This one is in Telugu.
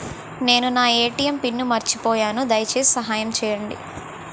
నేను నా ఎ.టి.ఎం పిన్ను మర్చిపోయాను, దయచేసి సహాయం చేయండి